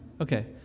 Okay